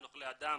"אוכלי אדם",